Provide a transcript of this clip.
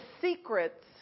secrets